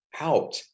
out